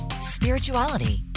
spirituality